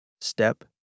Step